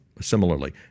Similarly